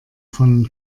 von